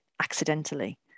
accidentally